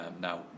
Now